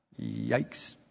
Yikes